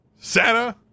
Santa